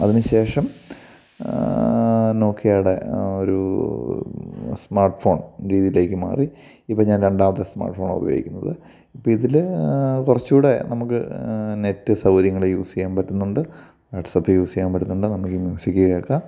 അതിനു ശേഷം നോകിയെടെ ഒരു സ്മാർട് ഫോൺ രീതിയിലേക്ക് മാറി ഇപ്പം ഞാൻ രണ്ടാമത്തെ സ്മാർട് ഫോണാണ് ഉപയോഗിക്കുന്നത് ഇപ്പം ഇതിൽ കുറച്ചൂടെ നമുക്ക് നെറ്റ് സ്വകാര്യം യൂസ് ചെയ്യാൻ പറ്റുന്നുണ്ട് വാട്സാപ്പ് യൂസ് ചെയ്യാൻ പറ്റുന്നുണ്ട് നമുക്ക് മ്യൂസിക് കേൾക്കാം